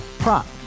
Prop